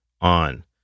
on